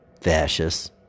fascists